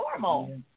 normal